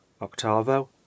Octavo